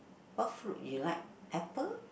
what fruit you like apple